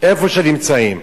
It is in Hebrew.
איפה שהם נמצאים.